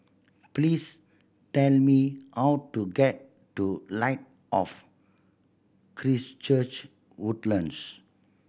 please tern me how to get to Light of Christ Church Woodlands